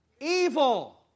evil